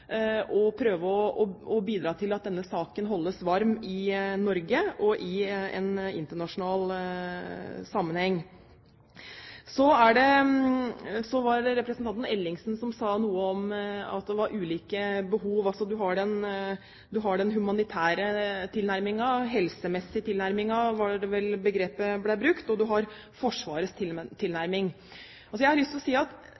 og begrep – for å prøve å bidra til at denne saken holdes varm i Norge og i en internasjonal sammenheng. Så sa representanten Ellingsen noe om at det var ulike behov, altså at man har den humanitære tilnærmingen – helsemessige tilnærmingen, var vel det begrepet som ble brukt – og man har forsvarets tilnærming. Jeg har lyst til å si at